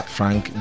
Frank